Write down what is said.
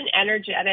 energetic